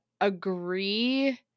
agree